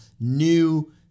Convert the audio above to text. new